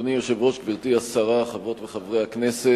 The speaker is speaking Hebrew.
אדוני היושב-ראש, גברתי השרה, חברות וחברי הכנסת,